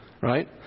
right